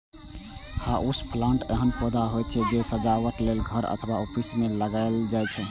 house plant एहन पौधा होइ छै, जे सजावट लेल घर अथवा ऑफिस मे लगाएल जाइ छै